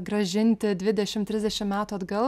grąžinti dvidešim trisdešim metų atgal